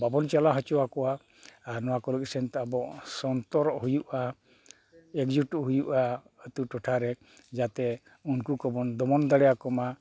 ᱵᱟᱵᱚᱱ ᱪᱟᱞᱟᱣ ᱦᱚᱪᱚ ᱟᱠᱚᱣᱟ ᱟᱨ ᱱᱚᱣᱟ ᱠᱚᱨᱮ ᱥᱮᱱᱛᱮ ᱟᱵᱚ ᱥᱚᱱᱛᱚᱨᱚᱜ ᱦᱩᱭᱩᱜᱼᱟ ᱮᱠ ᱡᱩᱴᱩᱜ ᱦᱩᱭᱩᱜᱼᱟ ᱟᱹᱛᱩ ᱴᱚᱴᱷᱟ ᱨᱮ ᱡᱟᱛᱮ ᱩᱱᱠᱩ ᱠᱚᱵᱚᱱ ᱫᱚᱢᱚᱱ ᱫᱟᱲᱮᱭᱟᱠᱚ ᱢᱟ